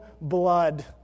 blood